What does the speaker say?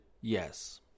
yes